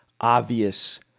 obvious